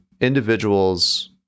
individuals